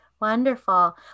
Wonderful